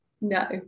No